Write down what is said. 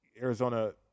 Arizona